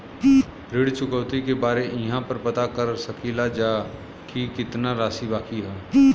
ऋण चुकौती के बारे इहाँ पर पता कर सकीला जा कि कितना राशि बाकी हैं?